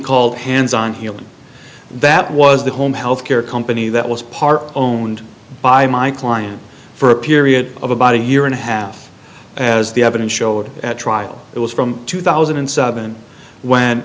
called hands on healing that was the home health care company that was part owned by my client for a period of about a year and a half as the evidence showed at trial it was from two thousand and seven when